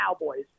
Cowboys